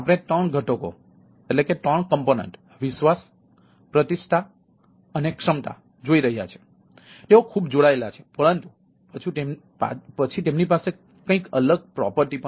તેથી તેઓ ખૂબ જોડાયેલા છે પરંતુ પછી તેમની પાસે કંઈક અલગ પ્રોપર્ટી છે